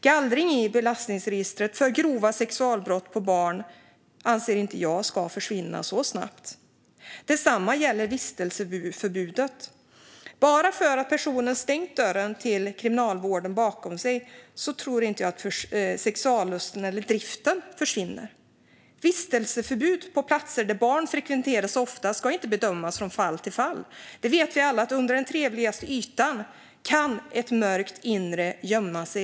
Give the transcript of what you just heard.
Gallring i belastningsregistret för grova sexualbrott mot barn anser jag inte ska försvinna så snabbt. Detsamma gäller vistelseförbudet. Bara för att personen stängt dörren till kriminalvården bakom sig tror jag inte att sexualdriften försvinner. Vistelseförbud på platser som barn frekventerar ofta ska inte bedömas från fall till fall. Vi vet alla att det under den trevligaste yta kan lätt gömma sig ett mörkt inre.